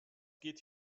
geht